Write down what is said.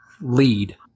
lead